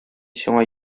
сиңа